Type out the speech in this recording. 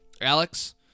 Alex